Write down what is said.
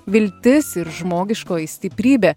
viltis ir žmogiškoji stiprybė